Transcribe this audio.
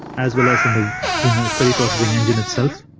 as well as in the in query processing engine itself,